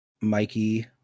Mikey